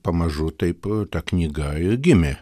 pamažu taip ta knyga ir gimė